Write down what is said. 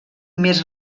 més